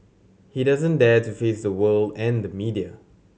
he doesn't dare to face the world and the media